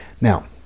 Now